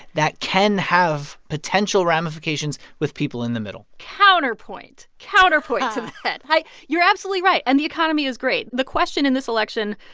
that can have potential ramifications with people in the middle counterpoint counterpoint to that. you're absolutely right. and the economy is great. the question in this election,